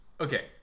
Okay